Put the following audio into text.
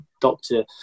doctor